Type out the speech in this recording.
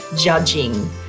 judging